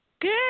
Good